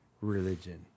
religion